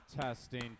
Testing